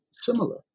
similar